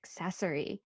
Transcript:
Accessory